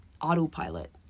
Autopilot